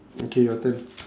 okay your turn